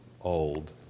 old